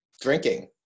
drinking